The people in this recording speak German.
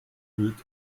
höhlt